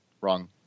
wrong